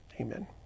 Amen